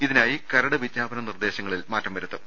ഇതിനായി കരട് വിജ്ഞാപന നിർദേശങ്ങളിൽ മാറ്റം വരു ത്തും